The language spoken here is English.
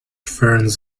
ferns